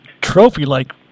trophy-like